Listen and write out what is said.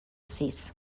sis